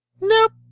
Nope